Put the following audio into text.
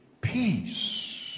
peace